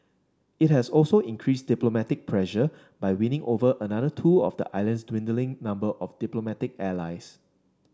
it has also increased diplomatic pressure by winning over another two of the island's dwindling number of diplomatic allies